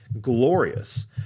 glorious